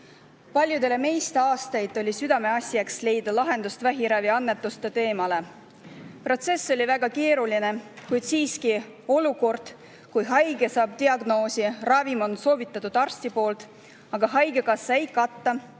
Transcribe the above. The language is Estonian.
Paljudel meist on aastaid olnud südameasjaks leida lahendus vähiraviannetuste teemale. Protsess oli väga keeruline, kuid siiski, olukord, kus haige saab diagnoosi, ravim on arsti poolt soovitatud, aga haigekassa [selle